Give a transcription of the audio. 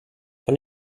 von